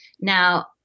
Now